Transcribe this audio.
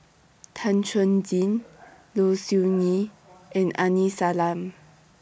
Tan Chuan Jin Low Siew Nghee and Aini Salim